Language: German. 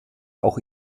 auch